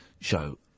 Show